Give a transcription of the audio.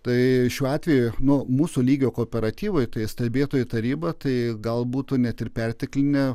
tai šiuo atveju nu mūsų lygio kooperatyvai turi stebėtojų taryba tai gal būtų net ir perteklinė